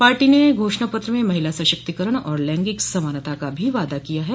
party ने घोषणा पत्र में महिला सशक्तिकरण और लैंगिक समानता का भी वादा किया है